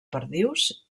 perdius